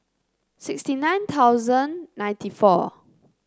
sixty nine thousand ninety four